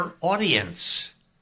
audience